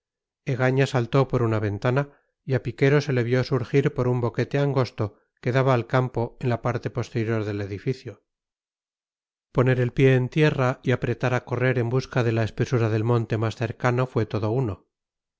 egaña saltó por una ventana y a piquero se le vio surgir por un boquete angosto que daba al campo en la parte posterior del edificio poner el pie en tierra y apretar a correr en busca de la espesura del monte más cercano fue todo uno